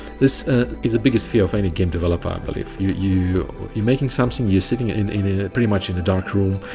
this is the biggest fear of any game developer i believe. you're you're making something, you're sitting in in a pretty much in a dark room,